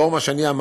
לאור מה שאמרתי,